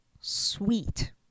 sweet